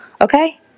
okay